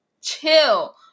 chill